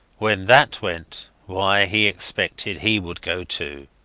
when that went, why, he expected he would go, too.